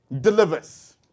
delivers